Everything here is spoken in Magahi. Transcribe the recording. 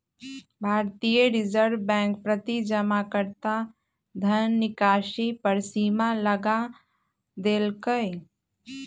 भारतीय रिजर्व बैंक प्रति जमाकर्ता धन निकासी पर सीमा लगा देलकइ